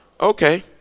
okay